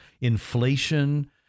Inflation